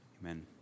Amen